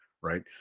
right